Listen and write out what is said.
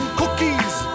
cookies